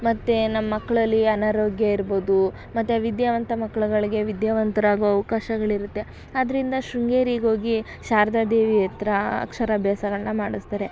ಮತ್ತು ನಮ್ಮ ಮಕ್ಕಳಲ್ಲಿ ಅನಾರೋಗ್ಯ ಇರ್ಬೋದು ಮತ್ತು ವಿದ್ಯಾವಂತ ಮಕ್ಳುಗಳ್ಗೆ ವಿದ್ಯಾವಂತರು ಆಗೋ ಅವ್ಕಾಶಗಳು ಇರುತ್ತೆ ಅದರಿಂದ ಶೃಂಗೇರಿಗೆ ಹೋಗಿ ಶಾರದಾ ದೇವಿ ಹತ್ರ ಅಕ್ಷರಾಭ್ಯಾಸಗಳ್ನ ಮಾಡಿಸ್ತಾರೆ